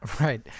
Right